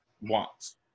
wants